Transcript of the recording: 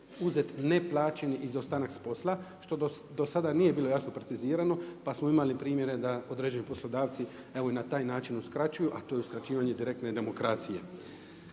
uzet neplaćeni izostanak s posla, što dosad nije bilo jasno precizirano, pa smo imali primjere da određeni poslodavci evo i na taj način uskraćuju a to je uskraćivanje direktno i demokracije.